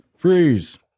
freeze